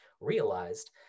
realized